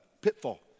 pitfall